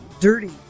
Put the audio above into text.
dirty